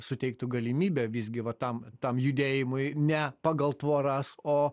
suteiktų galimybę visgi va tam tam judėjimui ne pagal tvoras o